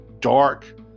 dark